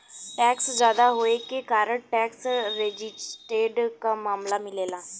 tax जादा होये के कारण टैक्स रेजिस्टेंस क मामला मिलला